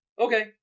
Okay